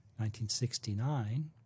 1969